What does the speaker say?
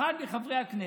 אחד מחברי הכנסת,